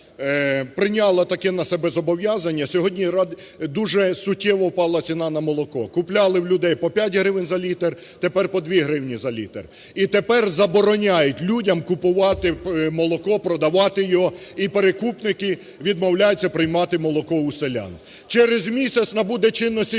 прийняла таке на себе зобов'язання, сьогодні дуже суттєво впала ціна на молоко: купляли в людей по 5 гривень за літр, тепер 2 гривні за літр, і тепер забороняють людям купувати молоко, продавати його, і перекупники відмовляються приймати молоко у селян. Через місяць набуде чинності